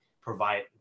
provide